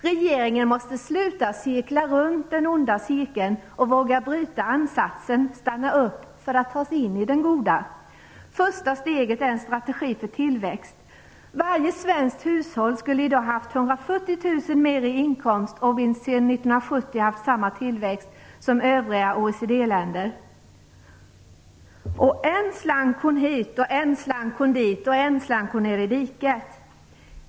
Regeringen måste sluta cirkla runt den onda cirkeln och våga bryta ansatsen och stanna upp för att ta sig in i den goda. Första steget är en strategi för tillväxt. Varje svenskt hushåll skulle i dag ha haft 140 000 kr mer i inkomst om vi sedan 1970 hade haft samma tillväxt som övriga OECD-länder. Och än slank hon hit, och än slank hon dit, och än slank hon ner i diket ...